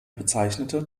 bezeichnet